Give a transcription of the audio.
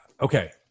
Okay